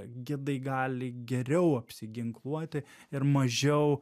gidai gali geriau apsiginkluoti ir mažiau